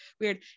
weird